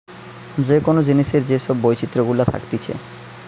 যে কোন জিনিসের যে সব বৈচিত্র গুলা থাকতিছে